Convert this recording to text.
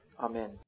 Amen